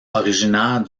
originaire